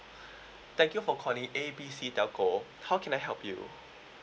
thank you for calling A B C telco how can I help you